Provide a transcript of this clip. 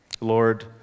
Lord